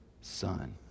Son